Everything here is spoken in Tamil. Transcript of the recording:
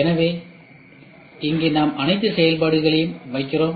எனவே இங்கே நாம் அனைத்து செயல்பாடுகளையும் வைக்கிறோம்